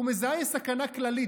הוא מזהה סכנה כללית,